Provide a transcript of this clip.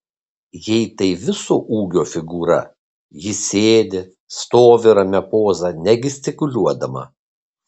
jei tai viso ūgio figūra ji sėdi stovi ramia poza negestikuliuodama